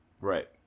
right